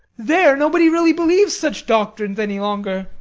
there, nobody really believes such doctrines any longer.